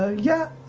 ah yeah,